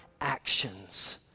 actions